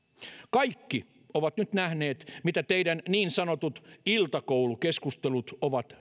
kaikki ovat nyt nähneet mitä teidän niin sanotut iltakoulukeskustelunne ovat